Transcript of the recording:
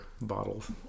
bottles